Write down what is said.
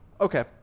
Okay